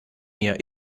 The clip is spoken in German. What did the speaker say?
mir